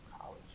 college